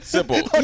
Simple